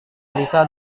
lisa